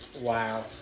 wow